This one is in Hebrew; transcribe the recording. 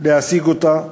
שישיג אותם.